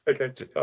Okay